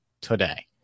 today